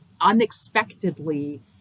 unexpectedly